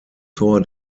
tor